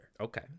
Okay